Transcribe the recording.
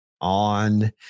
on